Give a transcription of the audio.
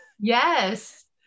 Yes